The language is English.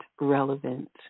relevant